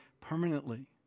permanently